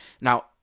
Now –